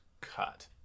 Cut